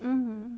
mm